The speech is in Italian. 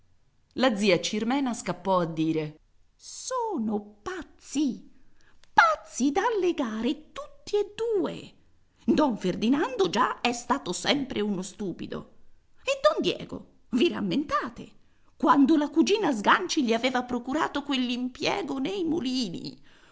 la zia cirmena scappò a dire sono pazzi pazzi da legare tutti e due don ferdinando già è stato sempre uno stupido e don diego vi rammentate quando la cugina sganci gli aveva procurato quell'impiego nei mulini